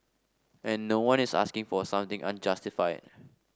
and no one is asking for something unjustified